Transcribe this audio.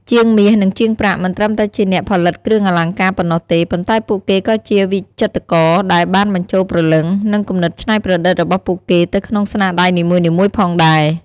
ជាងមាស និងជាងប្រាក់មិនត្រឹមតែជាអ្នកផលិតគ្រឿងអលង្ការប៉ុណ្ណោះទេ ប៉ុន្តែពួកគេក៏ជា វិចិត្រករ ដែលបានបញ្ចូលព្រលឹង និងគំនិតច្នៃប្រឌិតរបស់ពួកគេទៅក្នុងស្នាដៃនីមួយៗផងដែរ។